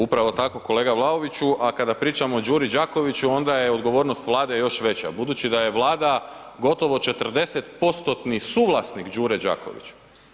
Upravo tako, kolega Vlaoviću, a kada pričamo o Đuri Đakoviću, onda je odgovornost Vlade još veća budući da je Vlada gotovo 40%-tni suvlasnik Đure Đakovića.